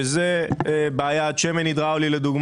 שזה בעיה - שמן הידראולי למשל